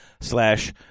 slash